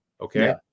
Okay